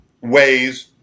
ways